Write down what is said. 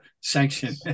sanction